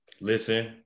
listen